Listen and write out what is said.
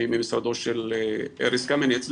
שהיא ממשרדו של ארז קמיניץ,